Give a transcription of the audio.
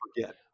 forget